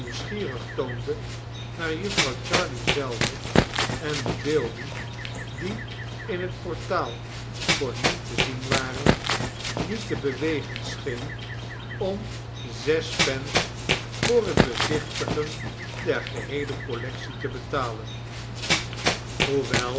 nieuwsgierig toonde naar jufvrouw jarley zelve en de beelden die in het portaal voorniet te zien waren niet te bewegen scheen om zes pence voor het bezichtigen der geheele collectie te betalen